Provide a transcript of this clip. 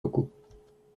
locaux